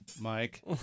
mike